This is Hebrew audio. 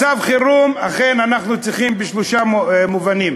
מצב חירום, אכן אנחנו צריכים בשלושה מובנים.